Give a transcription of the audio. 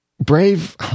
Brave